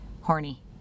horny